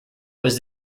was